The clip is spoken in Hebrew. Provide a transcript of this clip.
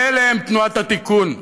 ואלה הם תנועת התיקון,